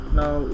now